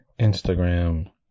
Instagram